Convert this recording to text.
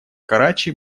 карачи